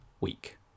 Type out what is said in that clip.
week